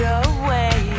away